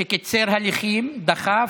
שקיצר הליכים, דחף,